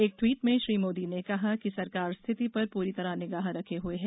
एक ट्वीट में श्री मोदी ने कहा कि सरकार स्थिति पर पूरी तरह निगाह रखे हए है